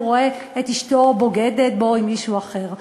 רואה את אשתו בוגדת בו עם מישהו אחר.